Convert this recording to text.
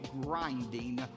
grinding